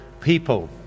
people